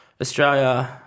Australia